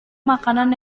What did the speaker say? makanan